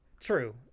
True